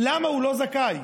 למה הוא לא זכאי,